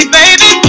baby